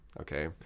Okay